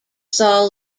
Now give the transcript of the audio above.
saw